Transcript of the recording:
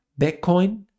Bitcoin